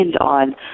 on